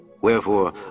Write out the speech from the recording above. Wherefore